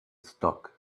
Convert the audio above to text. stock